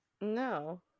No